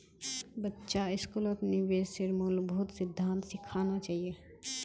बच्चा स्कूलत निवेशेर मूलभूत सिद्धांत सिखाना चाहिए